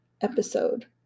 episode